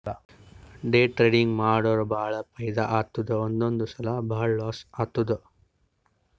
day trading ಮಾಡುರ್ ಭಾಳ ಫೈದಾ ಆತ್ತುದ್ ಒಂದೊಂದ್ ಸಲಾ ಭಾಳ ಲಾಸ್ನೂ ಆತ್ತುದ್